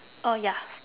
oh ya